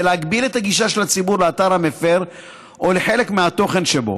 להגביל את הגישה של הציבור לאתר המפר או לחלק מהתוכן שבו,